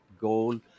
goal